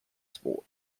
sport